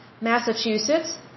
Massachusetts